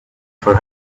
for